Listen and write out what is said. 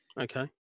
okay